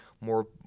more